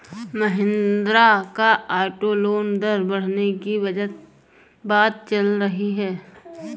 महिंद्रा का auto loan दर बढ़ने की बात चल रही है